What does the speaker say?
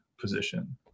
position